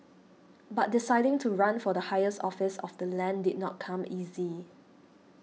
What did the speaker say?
but deciding to run for the highest office of the land did not come easy